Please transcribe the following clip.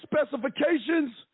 specifications